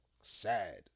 sad